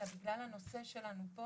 אלא בגלל הנושא שלנו פה